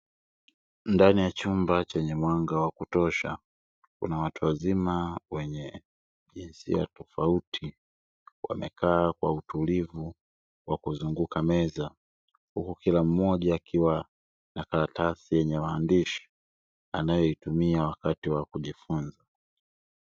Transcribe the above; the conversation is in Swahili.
Ndani ya chumba chenye mwanga wa kutosha, kuna watu wazima wenye jinsia tofauti wamekaa kwa utulivu kwa kuzunguka meza huku kila mmoja akiwa na karatasi yenye maandishi wanayotumia kujifunza.